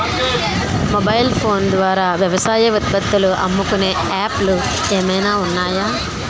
Mobile phone ద్వారా వ్యవసాయ ఉత్పత్తులు అమ్ముకునే యాప్ లు ఏమైనా ఉన్నాయా?